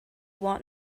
want